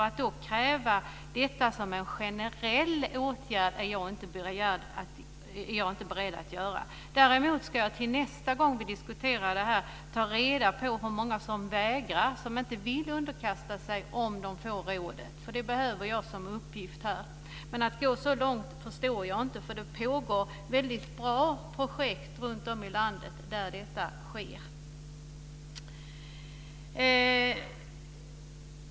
Att då kräva detta som en generell åtgärd är jag inte beredd att göra. Däremot ska jag till nästa gång vi diskuterar frågan ta reda på hur många som vägrar och som inte vill underkasta sig medicinering om de får det rådet. Den uppgiften behöver jag. Men jag förstår inte hur man kan gå så långt. Det pågår väldigt bra projekt runtom i landet där detta sker.